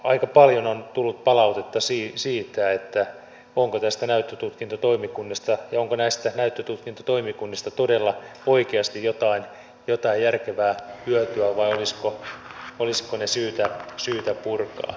aika paljon on tullut palautetta siitä että onko näistä näyttötutkintotoimikunnista todella oikeasti jotain järkevää hyötyä vai olisiko ne syytä purkaa